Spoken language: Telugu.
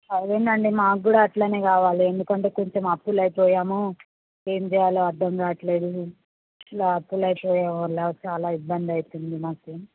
అదేనండి మాకు కూడా అట్లనే కావాలి ఎందుకంటే కొంచెం అప్పులు అయిపోయాము ఏం చేయాలో అర్ధం కావట్లేదు లాస్ల అయిపోయాము ఇలా చాలా ఇబ్బంది అవుతుంది మాకు